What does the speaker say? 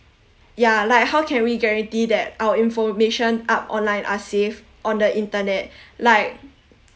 yeah like how can we guarantee that our information up online are safe on the internet like